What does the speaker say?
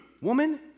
Woman